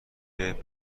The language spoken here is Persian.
کیف